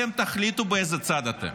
אתם תחליטו באיזה צד אתם.